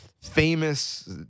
famous